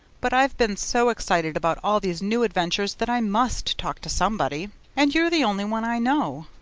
but i've been so excited about all these new adventures that i must talk to somebody and you're the only one i know.